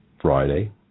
Friday